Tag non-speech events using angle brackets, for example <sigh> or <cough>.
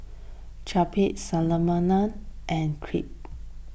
Japchae <unintelligible> and Crepe